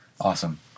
Awesome